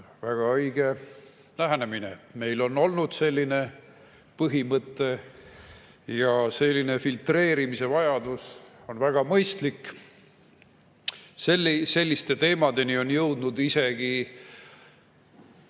väga õige lähenemine. Meil on olnud selline põhimõte ja selline filtreerimine on väga mõistlik. Selliste teemadeni on jõudnud isegi